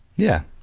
yeah.